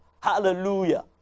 Hallelujah